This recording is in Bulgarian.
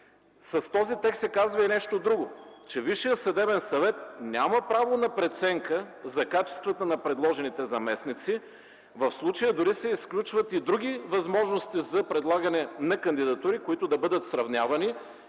С този текст се казва и нещо друго, че Висшият съдебен съвет няма право на преценка за качествата на предложените заместници. В случая дори се изключват и други възможности за предлагане на кандидатури, които да бъдат сравнявани